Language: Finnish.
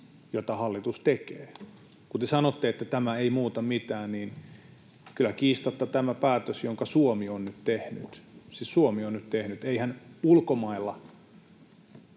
joita hallitus tekee. Kun te sanotte, että tämä ei muuta mitään, niin kyllä kiistatta tämä päätös, jonka Suomi on nyt tehnyt — siis Suomi on nyt tehnyt, eihän ulkomailla...